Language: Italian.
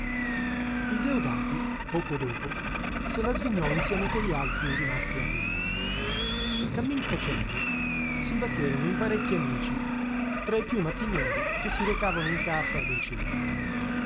il deodati poco dopo se la svignò insieme con gli altri rimasti a vegliare cammin facendo s'imbatterono in parecchi amici tra i più mattinieri che si recavano in casa del cilento